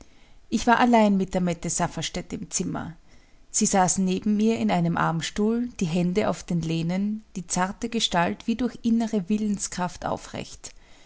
ich war allein mit der mette safferstätt im zimmer sie saß neben mir in einem armstuhl die hände auf den lehnen die zarte gestalt wie durch innere willenskraft aufrecht